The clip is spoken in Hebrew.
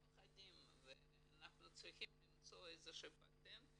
מפחדים ואנחנו צריכים למצוא איזה שהוא פטנט,